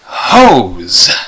Hose